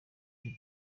jay